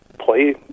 play